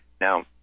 Now